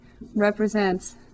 represents